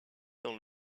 dans